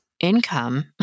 income